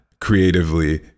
creatively